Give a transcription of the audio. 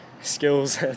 skills